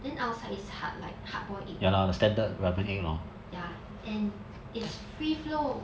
then outside it's hard like hard boil egg ya and is free flow